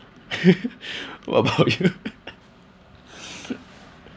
what about you